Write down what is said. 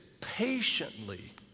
patiently